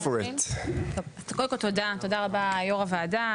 קודם כל תודה רבה, יו"ר הוועדה.